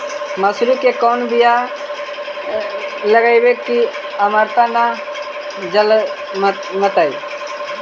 मसुरी के कोन बियाह लगइबै की अमरता न जलमतइ?